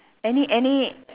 any any